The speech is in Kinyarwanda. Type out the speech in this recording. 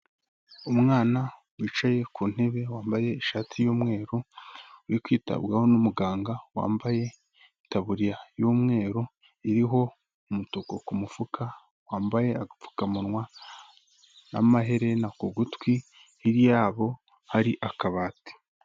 Umwana wicaye ku ntebe, wambaye ishati y'umweru, uri kwitabwaho n'umuganga, wambaye itaburiya y'umweru, iriho umutuku ku mufuka, wambaye agapfukamunwa n'amaherena ku gutwi, hirya yabo hari akabati.